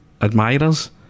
admirers